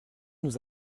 nous